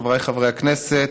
חבריי חברי הכנסת,